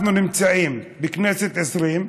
אנחנו נמצאים בכנסת העשרים,